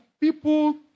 people